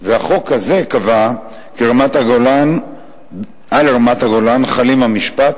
והחוק הזה קבע כי על רמת-הגולן חלים המשפט,